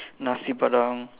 Nasi Padang